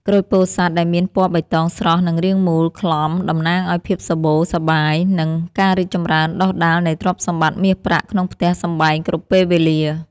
ក្រូចពោធិ៍សាត់ដែលមានពណ៌បៃតងស្រស់និងរាងមូលក្លំតំណាងឱ្យភាពសម្បូរសប្បាយ និង ការរីកចម្រើនដុះដាលនៃទ្រព្យសម្បត្តិមាសប្រាក់ក្នុងផ្ទះសម្បែងគ្រប់ពេលវេលា។